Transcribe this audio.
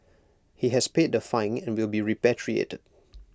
he has paid the fine and will be repatriated